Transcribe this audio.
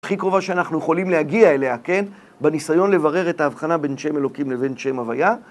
הכי קרובה שאנחנו יכולים להגיע אליה, כן, בניסיון לברר את ההבחנה בין שם אלוקים לבין שם הוויה.